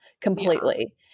completely